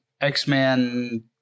X-Men